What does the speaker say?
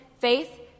faith